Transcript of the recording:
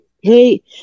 hey